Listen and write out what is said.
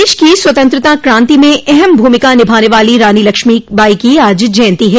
देश की स्वतंत्रता क्रांति में अहम भूमिका निभाने वाली रानी लक्ष्मीबाई की आज जयन्ती है